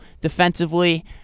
Defensively